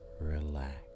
relax